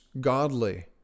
godly